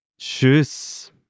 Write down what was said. Tschüss